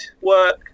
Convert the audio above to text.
work